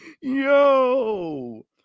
yo